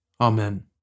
Amen